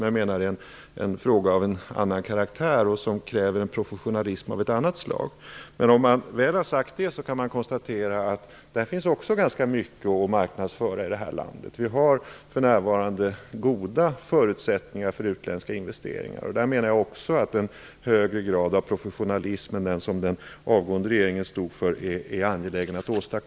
Jag menar att det är en fråga av en annan karaktär och att den kräver en professionalism av ett annat slag. När man väl har sagt detta kan man konstatera att det också i det sammanhanget finns ganska mycket att marknadsföra i det här landet. För närvarande finns det goda förutsättningar för utländska investeringar. Jag menar att det är angeläget att åstadkomma en högre grad av professionalism än den som den avgående regeringen stod för.